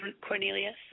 Cornelius